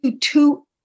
two